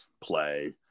play